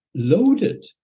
loaded